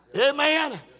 Amen